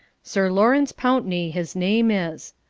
sir lawrence pountney, his name is.